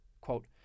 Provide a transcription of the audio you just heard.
Quote